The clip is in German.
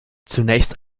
zunächst